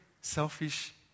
selfish